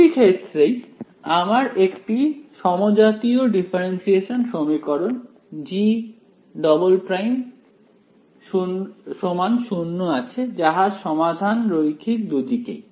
দুটি ক্ষেত্রেই আমার একটি সমজাতীয় ডিফারেন্সিয়েশন সমীকরণ G′′ 0 আছে যাহার সমাধান রৈখিক দুদিকেই